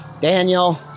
Daniel